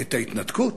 את ההתנתקות